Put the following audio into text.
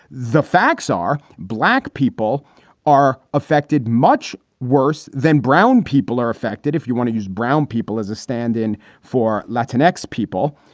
the facts are black people are affected much worse than brown people are affected if you want to use brown people as a stand in for latin x people.